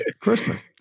Christmas